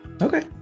Okay